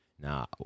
Now